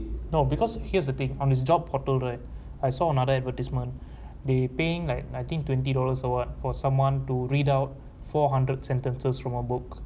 no because here's the thing on his job portal right I saw another advertisement they paying like I think twenty dollars or what for someone to read out four hundred sentences from a book